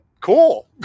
cool